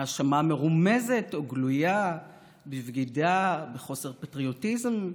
האשמה מרומזת או גלויה בבגידה, בחוסר פטריוטיזם,